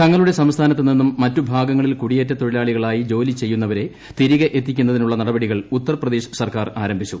തങ്ങളുടെ സംസ്ഥാനത്തു നിന്നും മറ്റ് ഭാഗങ്ങളിൽ കൂടിയേറ്റ തൊഴിലാളികളായി ജോലി ചെയ്യുന്നവരെ തിരികെ എത്തിക്കുന്നതിനുള്ള നടപടികൾ ഉത്തർപ്രദേശ് സർക്കാർ ആരംഭിച്ചു